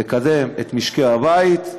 לקדם את משקי הבית,